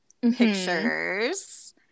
pictures